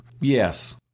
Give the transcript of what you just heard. Yes